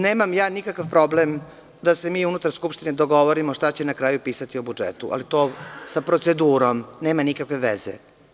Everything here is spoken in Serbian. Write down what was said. Nemam nikakav problem da se mi unutar Skupštine dogovorimo šta će na kraju pisati o budžetu, ali to sa procedurom nema nikakve veze.